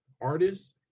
artists